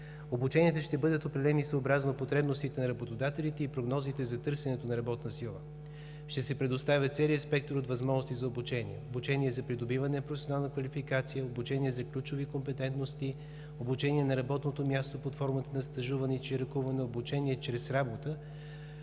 Обученията ще бъдат определени съобразно потребностите на работодателите и прогнозите за търсенето на работна сила. Ще се предоставя целият спектър от възможности за обучение – обучение за придобиване на професионална квалификация, обучение за ключови компетентности, обучение на работното място под формата на стажуване и чиракуване, обучение чрез работа,